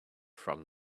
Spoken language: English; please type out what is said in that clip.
from